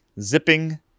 zipping